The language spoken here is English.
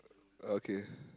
oh okay